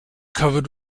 covered